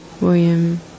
William